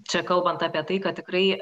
čia kalbant apie tai kad tikrai